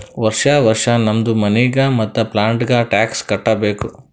ವರ್ಷಾ ವರ್ಷಾ ನಮ್ದು ಮನಿಗ್ ಮತ್ತ ಪ್ಲಾಟ್ಗ ಟ್ಯಾಕ್ಸ್ ಕಟ್ಟಬೇಕ್